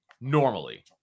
normally